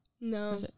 No